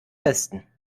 besten